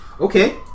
Okay